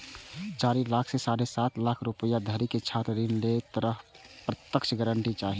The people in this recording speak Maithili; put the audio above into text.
चारि लाख सं साढ़े सात लाख रुपैया धरिक छात्र ऋण लेल तेसर पक्षक गारंटी चाही